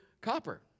copper